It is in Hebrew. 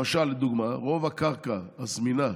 למשל לדוגמה, רוב הקרקע הזמינה,